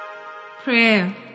Prayer